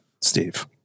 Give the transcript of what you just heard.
Steve